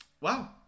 Wow